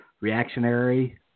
reactionary